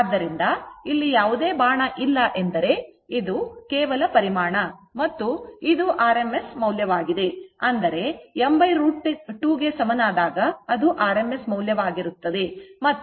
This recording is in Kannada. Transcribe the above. ಆದ್ದರಿಂದ ಇಲ್ಲಿ ಯಾವುದೇ ಬಾಣ ಇಲ್ಲ ಎಂದರೆ ಇದು ಕೇವಲ ಪರಿಮಾಣ ಮತ್ತು ಇದು rms ಮೌಲ್ಯವಾಗಿದೆ ಅಂದರೆ m √ 2 ಗೆ ಸಮನಾದಾಗ ಅದು rms ಮೌಲ್ಯವಾಗಿರುತ್ತದೆ